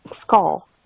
skull